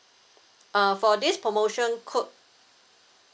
uh for this promotion code